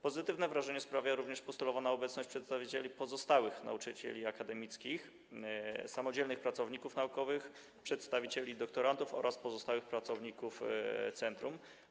Pozytywne wrażenie sprawia również postulowana obecność przedstawicieli pozostałych nauczycieli akademickich, samodzielnych pracowników naukowych, przedstawicieli doktorantów oraz pozostałych pracowników centrum.